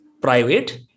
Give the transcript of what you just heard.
private